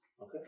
Okay